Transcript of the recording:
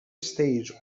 stage